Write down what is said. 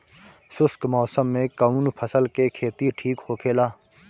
शुष्क मौसम में कउन फसल के खेती ठीक होखेला?